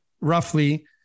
roughly